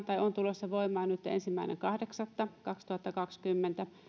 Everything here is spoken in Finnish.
tulossa voimaan ensimmäinen kahdeksatta kaksituhattakaksikymmentä